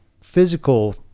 physical